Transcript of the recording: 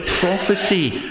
prophecy